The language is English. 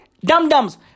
dum-dums